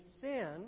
sin